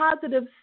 positive